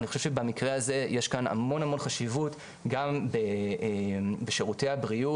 אני חושב שבמקרה הזה יש כאן המון המון חשיבות גם בשירותי הבריאות,